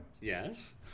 Yes